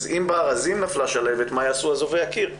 אז אם בארזים נפלה שלהבת, מה יעשו אזובי הקיר?